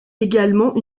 également